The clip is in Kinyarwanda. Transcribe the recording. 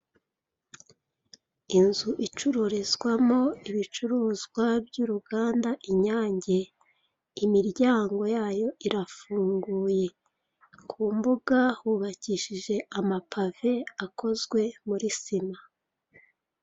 Inzu icururizwamo ibicuruzwa by'uruganda Inyange, imiryango yayo irafunguye, ku mbuga hubakishije amapave akozwe muri sima.